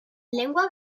lengua